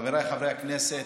חבריי חברי הכנסת,